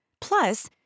Plus